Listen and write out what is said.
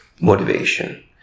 motivation